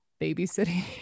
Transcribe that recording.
babysitting